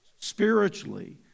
spiritually